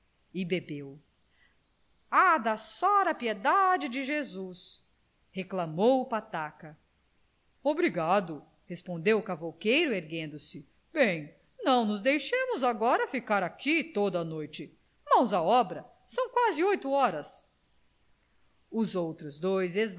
e bebeu à da sora piedade de jesus reclamou o pataca obrigado respondeu o cavouqueiro erguendo-se bem não nos deixemos agora ficar aqui toda a noite mãos a obra são quase oito horas os outros dois